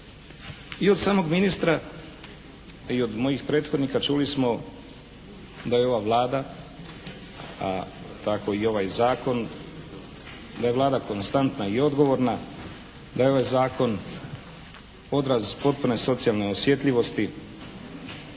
I od samog ministra i od mojih prethodnika čuli smo da je i ova Vlada, a tako i ovaj zakon, da je Vlada konstantna i odgovorna, da je ovaj zakon odraz potpune socijalne osjetljivosti